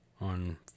on